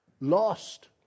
Lost